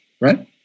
right